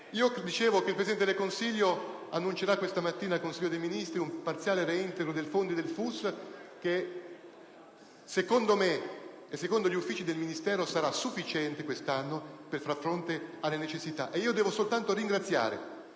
Come dicevo, il Presidente del Consiglio annuncerà stamattina al Consiglio dei ministri un parziale reintegro dei fondi del FUS che, secondo me e secondo gli uffici del Ministero, sarà sufficiente quest'anno a far fronte alle necessità. E io devo soltanto ringraziare,